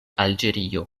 alĝerio